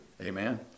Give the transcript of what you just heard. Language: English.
amen